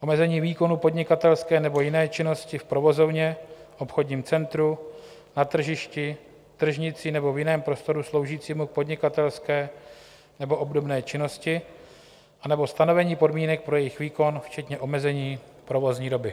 Omezení výkonu podnikatelské nebo jiné činnosti v provozovně, obchodním centru, na tržišti, tržnici nebo v jiném prostoru sloužícímu k podnikatelské nebo obdobné činnosti anebo stanovení podmínek pro jejich výkon včetně omezení provozní doby.